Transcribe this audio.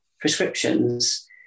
prescriptions